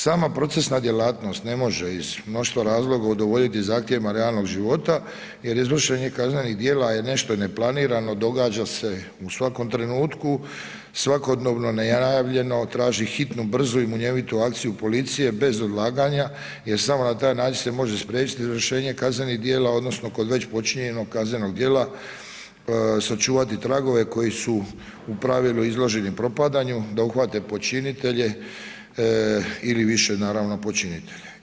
Sama procesna djelatnost ne može iz mnoštva razloga udovoljiti zahtjevima realnog života jer izvršenje kaznenih djela je nešto neplanirano, događa se u svakom trenutku, svakodnevno nenajavljeno, traži hitnu, brzu i munjevitu akciju policije bez odlaganja jer samo na taj način se može spriječiti izvršenje kaznenih djela, odnosno kod već počinjenog kaznenog djela sačuvati tragove koji su u pravilu izloženi propadanju, da uhvate počinitelje ili više naravno počinitelja.